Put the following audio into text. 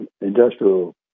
industrial